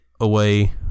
away